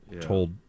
told